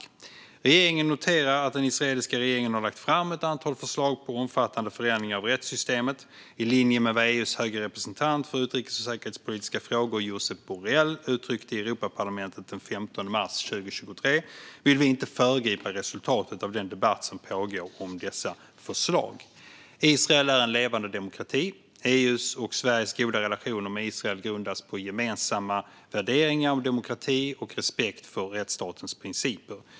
Svar på interpellationer Regeringen noterar att den israeliska regeringen har lagt fram ett antal förslag till omfattande förändringar av rättssystemet. I linje med vad EU:s höga representant för utrikes och säkerhetspolitiska frågor Josep Borrell uttryckte i Europaparlamentet den 15 mars 2023 vill vi inte föregripa resultatet av den debatt som pågår om dessa förslag. Israel är en levande demokrati. EU:s och Sveriges goda relationer med Israel grundas på gemensamma värderingar som demokrati och respekt för rättsstatens principer.